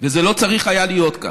וזה לא צריך היה להיות כך,